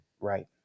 Right